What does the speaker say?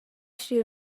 stuiu